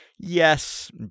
Yes